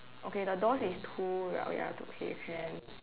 okay the doors is two right oh ya okay can